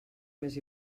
més